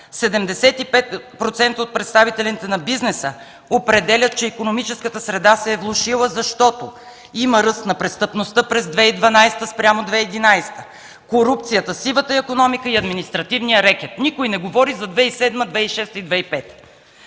от представителите на бизнеса определят, че икономическата среда се е влошила, защото има ръст на престъпността през 2012 г. спрямо 2011 г., корупцията, сивата икономика и административния рекет. Никой не говори за 2007-2006-2005 г.